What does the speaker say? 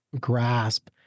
grasp